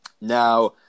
Now